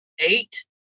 Eight